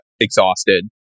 exhausted